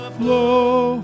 flow